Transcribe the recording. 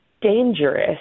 dangerous